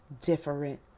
different